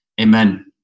Amen